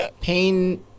pain